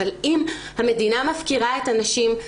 אבל אם המדינה מפקירה את הנשים,